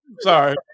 Sorry